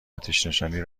آتشنشانی